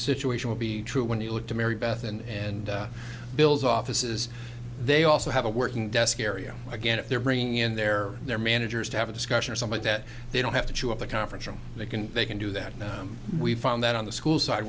situation will be true when you look to mary beth and bill's offices they also have a working desk area again if they're bringing in their their managers to have a discussion or something that they don't have to chew up the conference room they can they can do that now we found that on the school's side